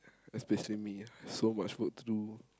especially me ah so much work to do